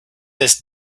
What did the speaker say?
this